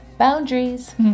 boundaries